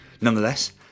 Nonetheless